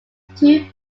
two